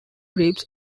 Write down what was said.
ribs